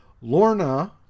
Lorna